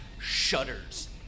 shudders